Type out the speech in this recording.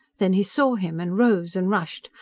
then he saw him, and rose and rushed,